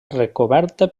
recoberta